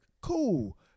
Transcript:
cool